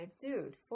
Dude